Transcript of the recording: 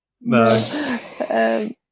No